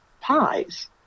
pies